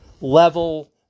level